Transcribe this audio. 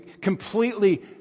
completely